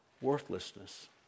worthlessness